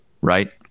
right